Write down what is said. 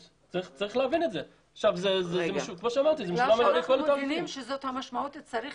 בגלל שאנחנו מבינים שזאת המשמעות צריך